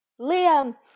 Liam